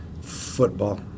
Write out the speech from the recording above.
Football